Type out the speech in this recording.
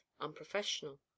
unprofessional